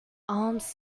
alms